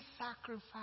sacrifice